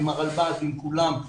עם הרלב"ד ועם כולם,